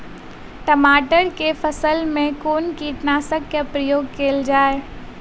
टमाटर केँ फसल मे कुन कीटनासक केँ प्रयोग कैल जाय?